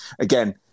again